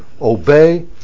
obey